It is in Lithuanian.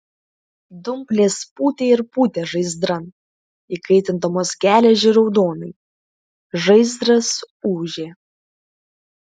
dumplės pūtė ir pūtė žaizdran įkaitindamos geležį raudonai žaizdras ūžė